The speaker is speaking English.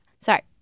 Sorry